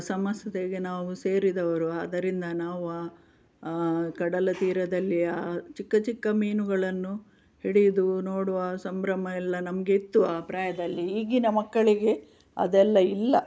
ಸಮಸತೆಗೆ ನಾವು ಸೇರಿದವರು ಅದರಿಂದ ನಾವು ಆ ಕಡಲ ತೀರದಲ್ಲಿ ಆ ಚಿಕ್ಕ ಚಿಕ್ಕ ಮೀನುಗಳನ್ನು ಹಿಡಿದು ನೋಡುವ ಸಂಭ್ರಮ ಎಲ್ಲ ನಮಗೆ ಇತ್ತು ಆ ಪ್ರಾಯದಲ್ಲಿ ಈಗಿನ ಮಕ್ಕಳಿಗೆ ಅದೆಲ್ಲ ಇಲ್ಲ